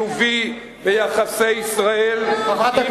וחיובי ביחסי ישראל עם ידידיה,